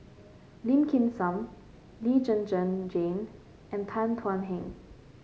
Lim Kim San Lee Zhen Zhen Jane and Tan Thuan Heng